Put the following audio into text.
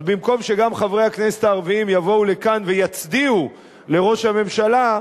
אז במקום שגם חברי הכנסת הערבים יבואו לכאן ויצדיעו לראש הממשלה,